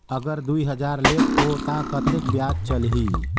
अगर दुई हजार लेत हो ता कतेक ब्याज चलही?